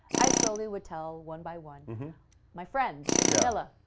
i slowly would tell one by one my friends in mila,